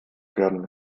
werden